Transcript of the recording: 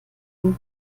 ihm